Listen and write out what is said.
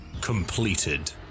completed